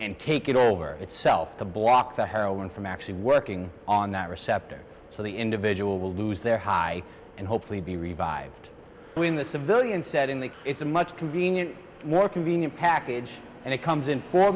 and take it over itself to block the heroin from actually working on that receptor so the individual will lose their high and hopefully be revived when the civilian set in the it's a much convenient more convenient package and it comes in four